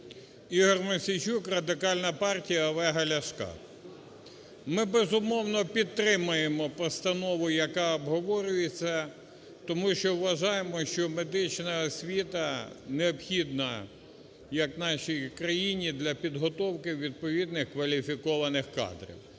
Ігор Мосійчук, Радикальна партія Олега Ляшка. Ми, безумовно, підтримуємо постанову, яка обговорюється, тому що вважаємо, що медична освіта необхідна як нашій країні для підготовки відповідних кадрів.